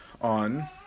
on